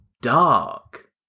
dark